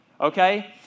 Okay